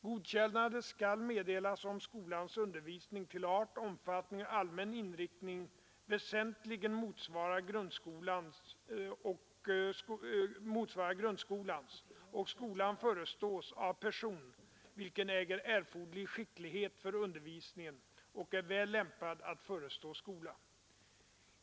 Godkännande skall meddelas, om skolans undervisning till art, omfattning och allmän inriktning äger erforderlig skicklighet för undervisningen och är väl lämpad att förestå skola.